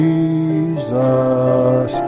Jesus